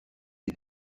est